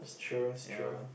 that's true that's true